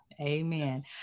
Amen